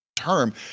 term